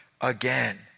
again